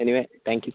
anyway thank you